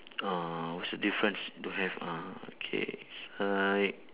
uh what's the difference don't have ah okay side